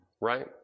right